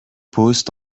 posent